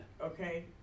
Okay